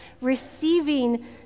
receiving